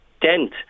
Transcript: dent